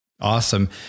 Awesome